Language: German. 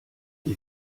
die